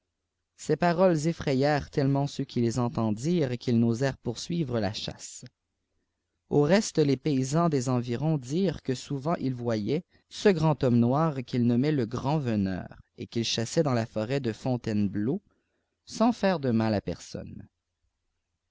ces patbîes effrayèrent tellement ceux qui lés eîitendirent qu ils n'osèrent poursuivre la chassé au reste les paysans des environs dirent que souvent ils voy iient ce grand homme noir qu'ils nônamaient te grand-veneur el ju'ïl chassait dans la forde fontainebleau sans faire dé ûial à personne